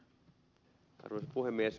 arvoisa puhemies